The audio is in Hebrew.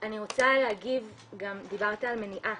אני רוצה להגיב, דיברת על מניעה.